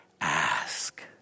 ask